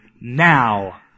now